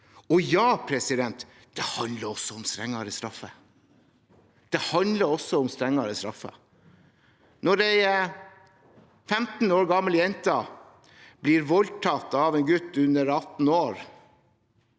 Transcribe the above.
de kriminelle. Ja, det handler også om strengere straffer – det handler også om strengere straffer. Når en 15 år gammel jente blir voldtatt av en gutt under 18 år,